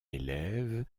élève